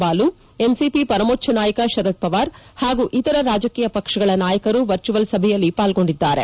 Balu NCP ಪರಮೋಚ್ಚ ನಾಯಕ ಶರದ್ ಪವಾರ್ ಹಾಗೂ ಇತರ ರಾಜಕೀಯ ಪಕ್ಷಗಳ ನಾಯಕರು ವರ್ಚುವಲ್ ಸಭೆಯಲ್ಲಿ ಪಾಲ್ಲೊಂಡಿದ್ದಾರೆ